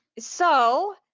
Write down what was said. so